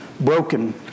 broken